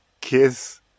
kiss